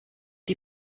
die